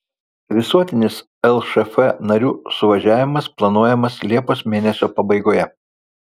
visuotinis lšf narių suvažiavimas planuojamas liepos mėnesio pabaigoje